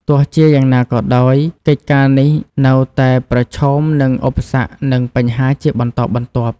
ទោះជាយ៉ាងណាក៏ដោយ កិច្ចការនេះនៅតែប្រឈមនឹងឧបសគ្គនិងបញ្ហាជាបន្តបន្ទាប់។